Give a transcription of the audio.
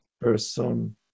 person